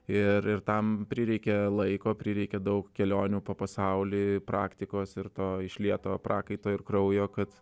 ir ir tam prireikė laiko prireikė daug kelionių po pasaulį praktikos ir to išlieto prakaito ir kraujo kad